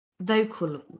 vocal